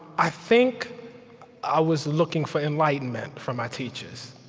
i think i was looking for enlightenment from my teachers.